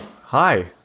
Hi